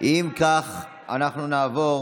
אם כך, אנחנו נעבור